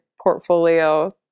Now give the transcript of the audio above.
portfolio